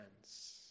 hands